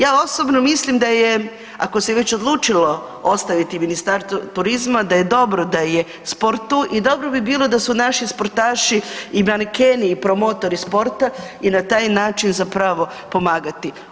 Ja osobno mislim da je ako se već odlučilo ostaviti Ministarstvo turizma, da je dobro da je sport u tu i dobro bi bilo da su naši sportaši i manekeni i promotori sporta i na taj način zapravo pomagati.